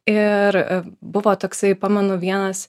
ir buvo toksai pamenu vienas